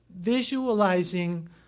visualizing